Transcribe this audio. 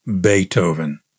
Beethoven